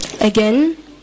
Again